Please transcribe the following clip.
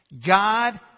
God